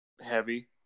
heavy